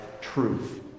truth